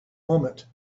moment